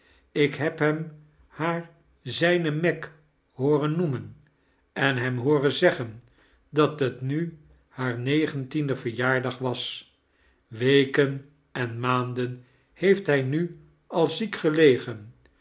ik heb hem haar zijne meg hooren noemen en hem hooren zeggen dat t nu haar negentiende verjaardag was weken en maanden heeft hij nu al ziek gelegen